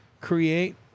create